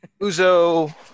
Uzo